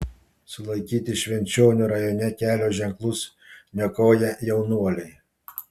sulaikyti švenčionių rajone kelio ženklus niokoję jaunuoliai